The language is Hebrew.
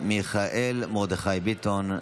מיכאל מרדכי ביטון,